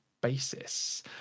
basis